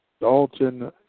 Dalton